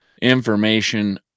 information